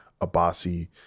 Abasi